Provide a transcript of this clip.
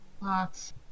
Lots